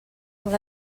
molt